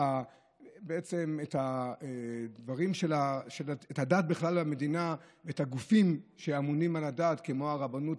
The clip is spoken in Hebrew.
ובעצם את הדת במדינה בכלל ואת הגופים שאמונים על הדת כמו הרבנות,